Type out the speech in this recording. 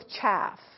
chaff